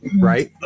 right